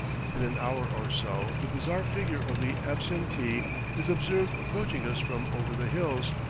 in an hour or so the bizarre figure of the absentee is observed approaching us from over the hills,